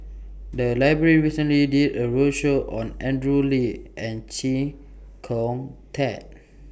The Library recently did A roadshow on Andrew Lee and Chee Kong Tet